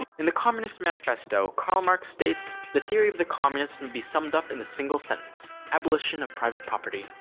in the communist manifesto, karl marx states, the theory of the communists may be summed up in the single sentence abolition of private property.